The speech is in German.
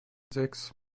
sechs